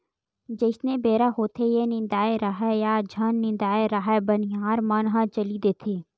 जइसने बेरा होथेये निदाए राहय या झन निदाय राहय बनिहार मन ह चली देथे